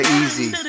easy